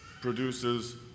produces